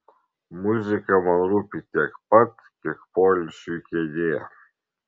muzika man rūpi tiek pat kiek poilsiui kėdė